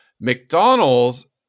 McDonald's